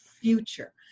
future